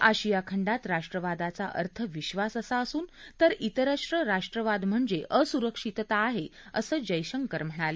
आशिया खंडात राष्ट्रवादाचा अर्थ विद्वास असा असून तर विस्त्र राष्ट्रवाद म्हणजे असुरक्षीतता आहे असं जयशंकर यांनी सांगितलं